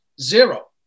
zero